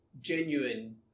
genuine